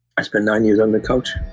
i spent nine years on the couch,